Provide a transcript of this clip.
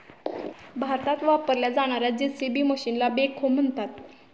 भारतात वापरल्या जाणार्या जे.सी.बी मशीनला बेखो म्हणतात